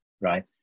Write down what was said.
right